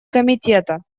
комитета